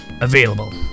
available